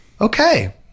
okay